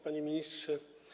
Panie Ministrze!